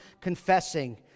confessing